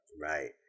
right